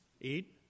eat